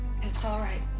it's alright